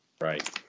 Right